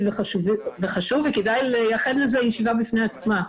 וחשוב וכדאי לייחד לזה דיון בפני עצמו.